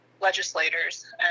legislators